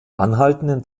anhaltenden